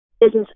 business